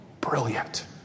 Brilliant